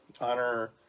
honor